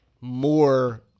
more